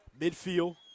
midfield